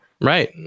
right